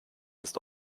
ist